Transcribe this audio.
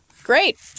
Great